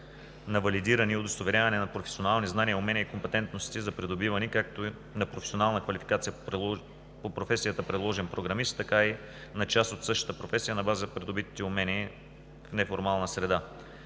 на валидиране и удостоверяване на професионални знания, умения и компетентности за придобиване както на професионална квалификация по професията „Приложен програмист“, така и на част от същата професия на база придобитите умения в неформална среда.